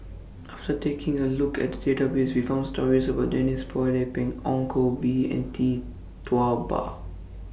after taking A Look At The Database We found stories about Denise Phua Lay Peng Ong Koh Bee and Tee Tua Ba